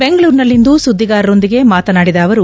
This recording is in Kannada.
ಬೆಂಗಳೂರಿನಲ್ಲಿಂದು ಸುದ್ದಿಗಾರರೊಂದಿಗೆ ಮಾತನಾಡಿದ ಅವರ